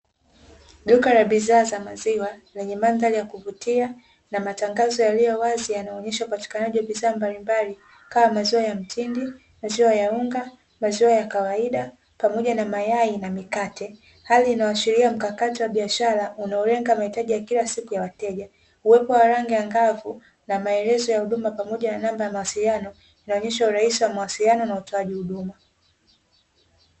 Duka la bidhaa za maziwa lenye mandhari ya kuvutia na matangazo yaliyo wazi yanayoonyesha upatikanaji wa bidhaa mbalimbali kama maziwa ya mtindi, maziwa ya unga, maziwa ya kawaida pamoja na mayai na mikate, hali inayoashiria mkakati wa biashara unaolenga mahitaji ya kila siku ya wateja uwepo wa rangi angavu namaelezo ya huduma pamoja na namba za mawasiliano, inaonyesha urahisi wa mawasiliano na utoaji huduma.